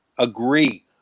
Agree